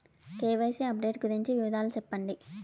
KYC update గురించి వివరాలు సెప్పండి?